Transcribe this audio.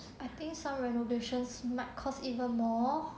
I think some renovations might cost even more